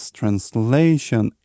translation